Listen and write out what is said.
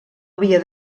havia